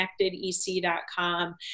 connectedec.com